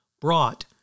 brought